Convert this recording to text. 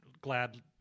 Glad